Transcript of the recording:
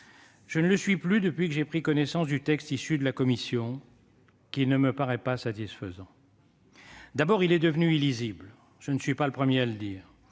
Je ne le suis plus depuis que j'ai pris connaissance du texte de la commission, qui ne me paraît pas satisfaisant. D'abord, il est devenu illisible, et je ne suis pas le premier à le